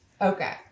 Okay